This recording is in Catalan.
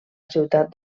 ciutat